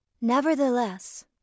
Nevertheless